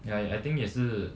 ya I think 也是